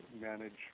manage